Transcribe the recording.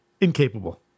Incapable